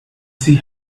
see